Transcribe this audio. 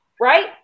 right